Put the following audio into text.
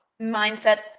mindset